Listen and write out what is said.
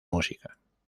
música